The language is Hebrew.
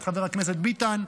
חבר הכנסת ביטן.